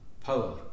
power